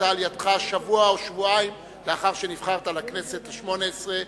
ננקטה על-ידך שבוע או שבועיים לאחר שנבחרת לכנסת השמונה-עשרה,